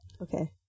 Okay